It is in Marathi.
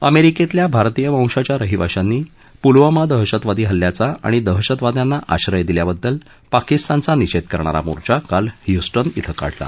अमेरिकेतल्या भारतीय वंशाच्या रहिवाशांनी पुलवामा दहशतवादी हल्ल्याचा आणि दहशतवाद्यांना आश्रय दिल्याबद्दल पाकिस्तानचा निषेध करणारा मोर्चा काल ह्यूस जे मधे काढला